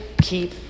keep